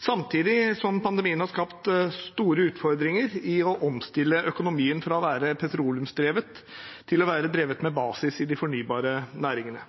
samtidig som pandemien har skapt store utfordringer i å omstille økonomien fra å være petroleumsdrevet til å være drevet med basis i de nye fornybare næringene.